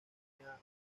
tenía